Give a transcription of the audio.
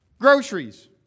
groceries